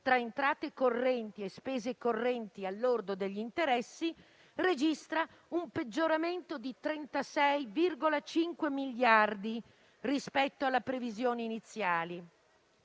tra entrate correnti e spese correnti al lordo degli interessi, registra un peggioramento di 36,5 miliardi rispetto alla previsione iniziale.